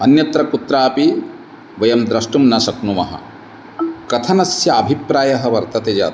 अन्यत्र कुत्रापि वयं द्रष्टुं न शक्नुमः कथनस्य अभिप्रायः वर्तते यत्